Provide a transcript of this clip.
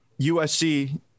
USC